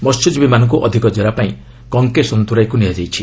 ମସ୍ୟଜୀବୀମାନଙ୍କୁ ଅଧିକ ଜେରା ପାଇଁ କଙ୍କେସନ୍ତୁରାଇକୁ ନିଆଯାଇଛି